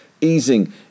easing